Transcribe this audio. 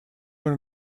one